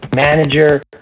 manager